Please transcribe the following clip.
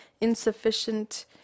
Insufficient